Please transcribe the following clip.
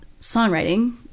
songwriting